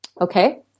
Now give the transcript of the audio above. Okay